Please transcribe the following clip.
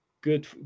Good